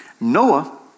Noah